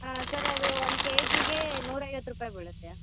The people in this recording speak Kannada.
ಹಾಂ ಸರ್ ಅದು ಒಂದು ಕೆ ಜಿಗೆ ನೂರ ಐವತ್ತು ರೂಪಾಯಿ ಬೀಳುತ್ತೆ